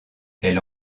elle